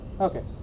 Okay